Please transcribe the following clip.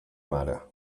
mare